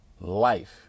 life